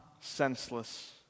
senseless